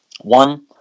one